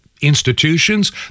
institutions